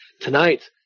tonight